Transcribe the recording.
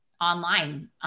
online